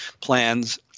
plans